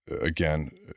again